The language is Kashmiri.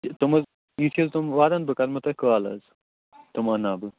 تِم حظ حظ تِم واتن بہٕ کَرمو تۄہہِ کال حظ تِم انٛناو بہٕ